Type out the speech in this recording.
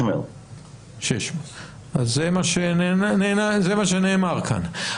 600. זה מה שנאמר כאן.